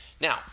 Now